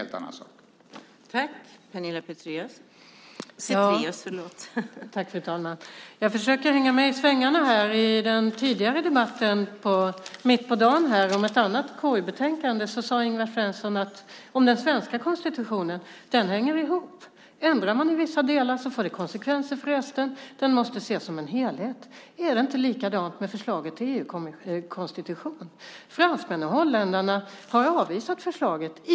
Det är emellertid en helt annan sak.